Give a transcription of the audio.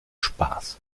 spaß